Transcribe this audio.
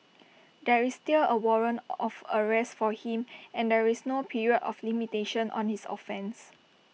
there is still A warrant of arrest for him and there is no period of limitation on his offence